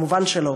מובן שלא.